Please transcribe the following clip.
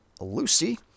Lucy